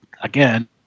again